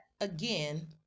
again